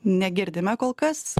negirdime kol kas